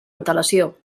antelació